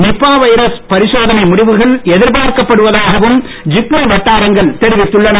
Nipah virus பரிசோதனை முடிவுகள் எதிர்பார்க்கப் படுவதாகவும் ஜிப்மர் வட்டாரங்கள் தெரிவித்துள்ளன